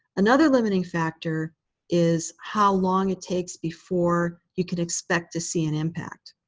another limiting factor is how long it takes before you can expect to see an impact.